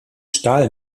stahl